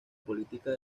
política